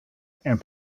and